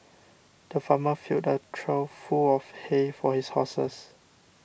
the farmer filled a trough full of hay for his horses